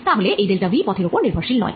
তাহলে এই delta V পথের ওপর নির্ভরশীল নয়